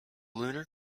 lunar